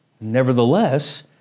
Nevertheless